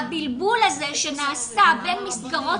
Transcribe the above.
הבלבול הזה שנעשה בין מסגרות